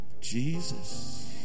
Jesus